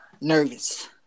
nervous